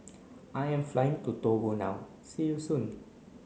I am flying to Togo now see you soon